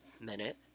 minute